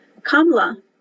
Kamla